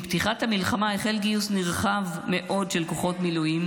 עם פתיחת המלחמה החל גיוס נרחב מאוד של כוחות מילואים,